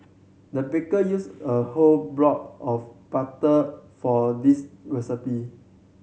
the baker used a whole block of butter for this recipe